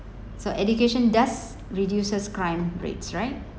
so education does reduces crime rates right